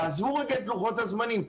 תעזבו רגע את לוחות הזמנים,